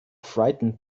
frightened